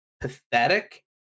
pathetic